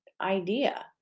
idea